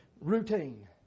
routine